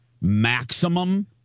maximum